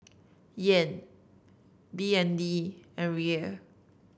Yen B N D and Riel